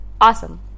Awesome